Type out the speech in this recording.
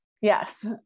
Yes